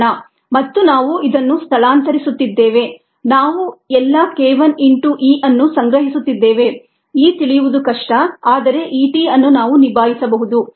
k1 E S k2 ES k3 ES ಮತ್ತು ನಾವು ಇದನ್ನು ಸ್ಥಳಾಂತರಿಸುತ್ತಿದ್ದೇವೆ ನಾವು ಎಲ್ಲಾ k 1 ಇಂಟು E ಅನ್ನು ಸಂಗ್ರಹಿಸುತ್ತಿದ್ದೇವೆ E ತಿಳಿಯುವುದು ಕಷ್ಟ ಆದರೆ E t ಅನ್ನು ನಾವು ನಿಭಾಯಿಸಬಹುದು